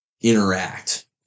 interact